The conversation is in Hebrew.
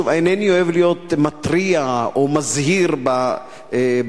שוב, אינני אוהב להיות מתריע או מזהיר בשער,